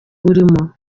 arimo